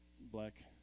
black